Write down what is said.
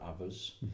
others